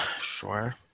Sure